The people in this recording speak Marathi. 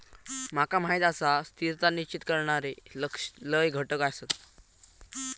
माका माहीत आसा, स्थिरता निश्चित करणारे लय घटक आसत